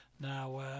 now